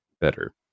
better